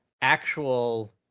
actual